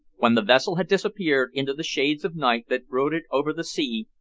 when the vessel had disappeared into the shades of night that brooded over the sea,